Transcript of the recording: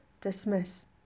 dismiss